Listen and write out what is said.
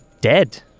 dead